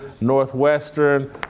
Northwestern